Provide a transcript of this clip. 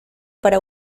para